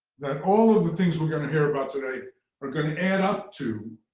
that all of the things we're going to hear about today are going to add up to